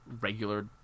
regular